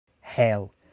Hell